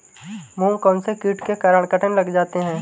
मूंग कौनसे कीट के कारण कटने लग जाते हैं?